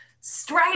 straight